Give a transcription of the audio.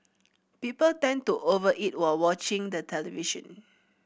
people tend to over eat while watching the television